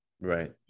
right